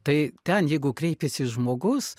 tai ten jeigu kreipiasi žmogus